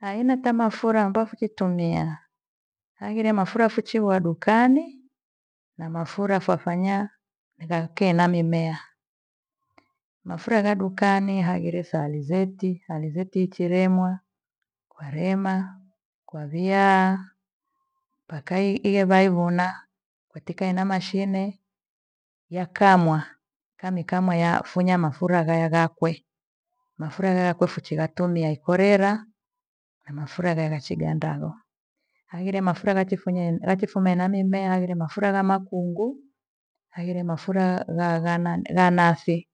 Aina ta mafura ambao fikitumia hagire mafura fichiwa dukani na mafura fafanya mira ake na mimea. Mafura gha dukani haghire alizeti, alizeti icheremwa. Kwahema, kwaviaa mpaka iveaivuna vaitaka ena mashine yakamwa, kamikamwa yafunya mafura gha- ghakwe. Mafura ghaakwa fukiratomiai yaikorera na mafura gha- ghachighanda ho. Haghire mafura ghachifumie ghachifume na mimea haghire mafura gha makughu, haghire mafura ghana- ghanasi.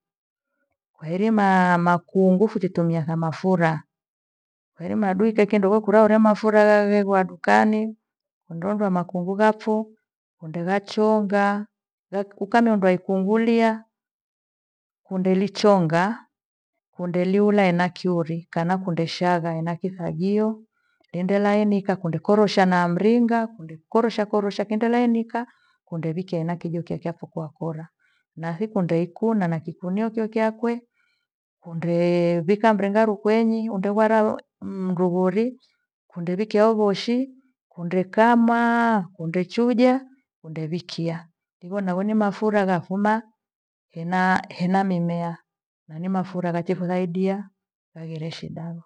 Haighirie ma- makungu fuchitumie ha mafura heena dui chekindoro kura ore mafura dukani ngogo makungu vapho mboghachonga ukamwiondoe ikungu lia, undelichonga underiura ena kiori kana kundeshangha ena kithagio endelainika kundukorosha na mringa, kundekorosha korosha kendelainika undewikia ena kijo chochose wakora. Nathi ndeikuna na kikunio iko chakwe undeuwika mringa rukweni, undegwararu mghogori undewikia uwoshi undekamuaa, undechuja, undewikiha. Hivo ndo mafura ghafuma hena- hena mimea ni mafura ghakikusaidia haghire shida handu.